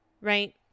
right